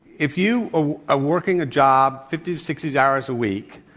if you are ah working a job fifty to sixty hours a week,